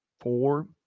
four